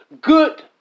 Good